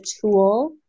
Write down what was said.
tool